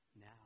now